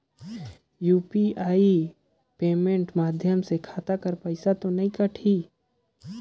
UPI payment माध्यम से खाता कर पइसा तो नी कटही?